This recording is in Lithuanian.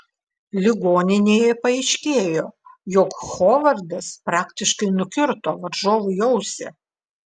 ligoninėje paaiškėjo jog hovardas praktiškai nukirto varžovui ausį